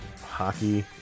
hockey